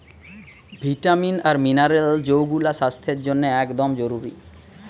vitamin আর mineral যৌগুলা স্বাস্থ্যের জন্যে একদম জরুরি